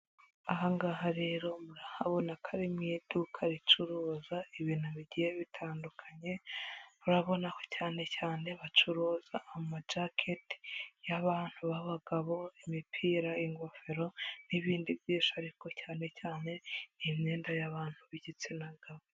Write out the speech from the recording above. Ahangaha rero murahabona ko ari mu iduka ricuruza ibintu bigiye bitandukanye, urabonako cyane cyane bacuruza ama jaketi y'abantu b'abagabo, imipira, ingofero n'ibindi byinshi, ariko cyane cyane imyenda y'abantu b'igitsina gabo.